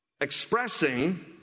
expressing